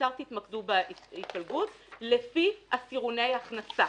בעיקר תתמקדו בהתפלגות לפי עשירוני הכנסה.